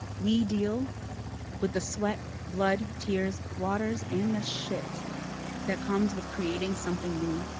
we deal with the sweat, blood, tears, waters, and the shit that comes with creating something new,